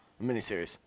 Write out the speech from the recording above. miniseries